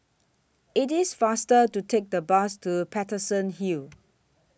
IT IS faster to Take The Bus to Paterson Hill